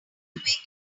wake